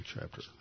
chapter